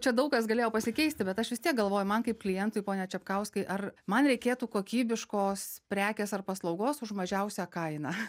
čia daug kas galėjo pasikeisti bet aš vis tiek galvoju man kaip klientui pone čepkauskai ar man reikėtų kokybiškos prekės ar paslaugos už mažiausią kainą